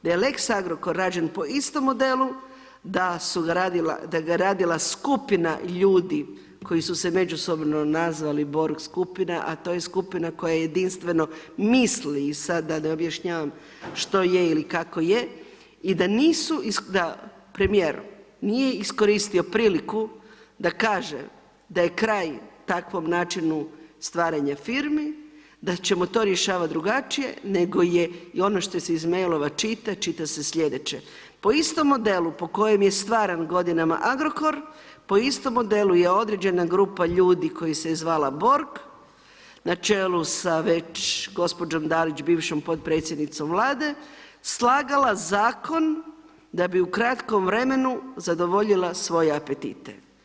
Da je lex Agrokor rađen po istom modelu, da ga je radila skupina ljudi koji su se međusobno nazvali Borg skupina, a to je skupina koja jedinstveno misli i sada da ne objašnjavam što je ili kako je, i da premijer nije iskoristio priliku da kaže da je kraj takvom načinu stvaranja firmi, da ćemo to rješavat drugačije, nego je, i ono što se iz mailova čita, čita se sljedeće: Po istom modelu po kojem je stvaran godinama Agrokor po istom modelu je određena grupa ljudi koji se zvala Borg na čelu sa već gospođom DAlić bivšom potpredsjednicom Vlade slagala zakon da bi u kratkom vremenu zadovoljila svoje apetite.